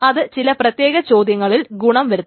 അത് ചില പ്രത്യേക ചോദ്യങ്ങളിൽ ഗുണം വരുത്തും